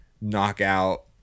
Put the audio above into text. knockout